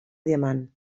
diamant